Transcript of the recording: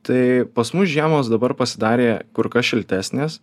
tai pas mus žiemos dabar pasidarė kur kas šiltesnės